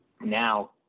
now